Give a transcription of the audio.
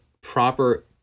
proper